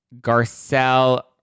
Garcelle